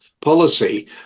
policy